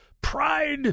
pride